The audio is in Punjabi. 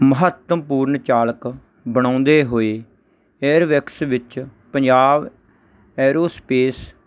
ਮਹੱਤਵਪੂਰਨ ਚਾਲਕ ਬਣਾਉਂਦੇ ਹੋਏ ਹੈਅਰਵੈਕਸ ਵਿੱਚ ਪੰਜਾਬ ਐਰੋਸਪੇਸ